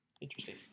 Interesting